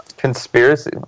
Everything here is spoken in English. conspiracy